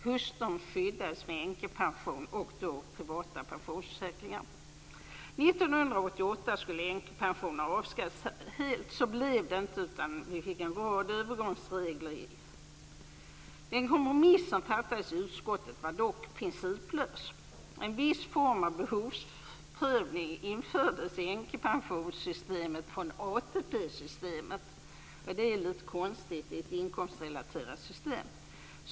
Hustrun skyddades med änkepension och privata pensionförsäkringar. 1988 skulle änkepensionerna helt avskaffas. Så blev det inte, utan vi fick en rad övergångsregler. Den kompromiss som det fattades beslut om i utskottet var principlös. En viss form av behovsprövning fördes över till änkepensionssystemet från ATP-systemet. Det är litet konstigt i ett inkomstrelaterat system.